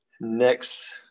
Next